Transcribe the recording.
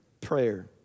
prayer